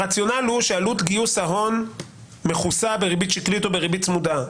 הרציונל הוא שעלות גיוס ההון מכוסה בריבית שקלית או בריבית צמודה.